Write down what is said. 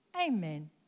Amen